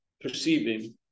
perceiving